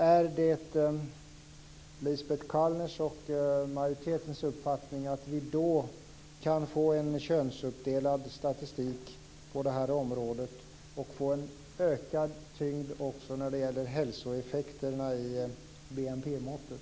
Är det Lisbet Calners och majoritetens uppfattning att vi då kan få en könsuppdelad statistik på det här området och en ökad tyngd också när det gäller hälsoeffekterna i BNP-måttet?